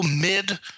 mid